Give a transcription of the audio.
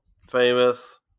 famous